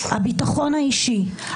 הביטחון האישי,